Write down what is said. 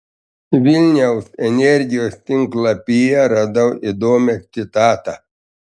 vilniaus energijos tinklapyje radau įdomią citatą